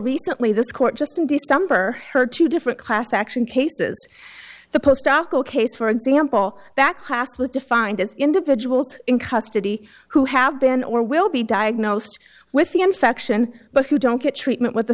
recently this court just in december heard two different class action cases the post aco case for example that class was defined as individuals in custody who have been or will be diagnosed with the infection but who don't get treatment with a